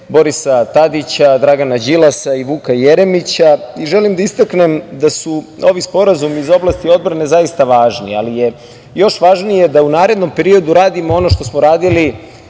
Borisa Tadića, Dragana Đilasa i Vuka Jeremića. Želim da istaknem da su ovi sporazumi iz oblasti odbrane zaista važni, ali je još važnije da u narednom periodu radimo ono što smo radili